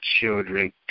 children